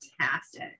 fantastic